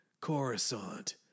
Coruscant